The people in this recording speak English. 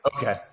Okay